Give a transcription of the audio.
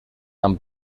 amb